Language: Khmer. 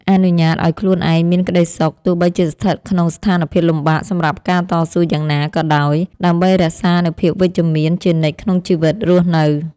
អនុញ្ញាតឱ្យខ្លួនឯងមានក្ដីសុខទោះបីជាស្ថិតក្នុងស្ថានភាពលំបាកសម្រាប់ការតស៊ូយ៉ាងណាក៏ដោយដើម្បីរក្សានូវភាពវិជ្ជមានជានិច្ចក្នុងជីវិតរស់នៅ។